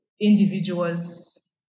individuals